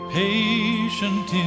patient